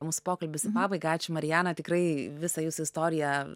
mūsų pokalbis į pabaigą ačiū marijana tikrai visą jūsų istoriją